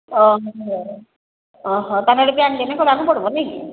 ଅଃ ଅଃ ତା ମାନେ କିଏ ଆଣିଲେ କ'ଣ ଦବାକୁ ପଡ଼ିବ